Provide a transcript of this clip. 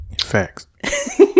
Facts